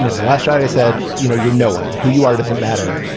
you know the last shot i said, you know, you're no one who you are. doesn't matter.